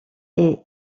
est